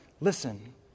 Listen